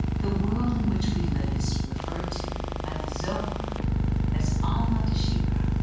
the world in which we live is referred to by the zohar as alma d'shikra,